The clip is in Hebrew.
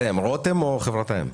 כלומר חברת האם.